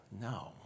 No